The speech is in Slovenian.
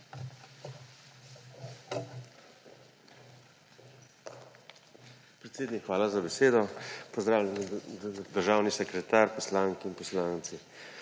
hvala za besedo. Pozdravljeni, državni sekretar, poslanke in poslanci!